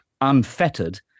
unfettered